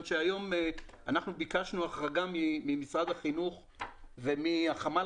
אנחנו ביקשנו החרגה ממשרד החינוך ומהחמ"ל